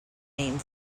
name